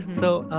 so.